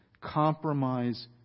Compromise